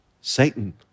Satan